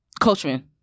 Coachman